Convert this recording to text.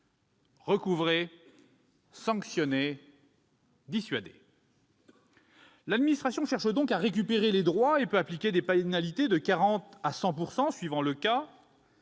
recouvrer, sanctionner, dissuader. L'administration cherche donc à récupérer les droits et peut appliquer des pénalités allant de 40 % à 100 % selon les cas.